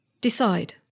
Decide